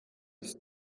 ist